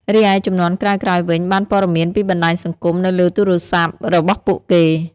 រីឯជំនាន់ក្រោយៗវិញបានព័ត៌មានពីបណ្ដាញសង្គមនៅលើទូរស័ព្ទរបស់ពួកគេ។